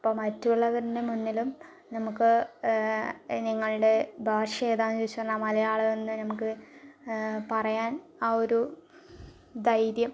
അപ്പോൾ മറ്റുള്ളവരുടെ മുന്നിലും നമുക്ക് നിങ്ങളുടെ ഭാഷ ഏതാന്ന് ചോദിച്ച് വന്നാൽ മലയാളം എന്ന് നമുക്ക് പറയാൻ ആ ഒരു ധൈര്യം